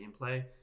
gameplay